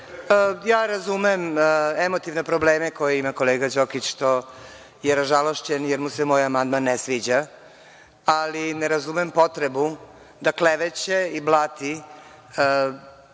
emotivne probleme koje ima kolega Đokić što je ražalošćen jer mu se moj amandman ne sviđa, ali ne razumem potrebu da kleveće i blati